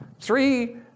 Three